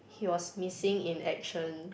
he was missing in action